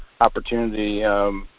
opportunity